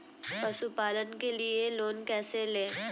पशुपालन के लिए लोन कैसे लें?